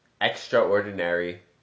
extraordinary